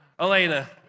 Elena